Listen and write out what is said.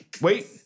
wait